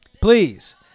Please